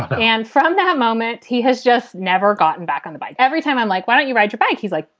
and from that moment, he has just never gotten back on the bike. every time i'm like, why don't you ride your bike? he's like,